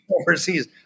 overseas